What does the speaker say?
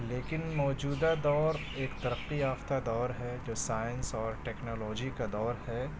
لیکن موجودہ دور ایک ترقی یافتہ دور ہے جو سائنس اور ٹیکنالوجی کا دور ہے